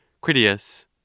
Critias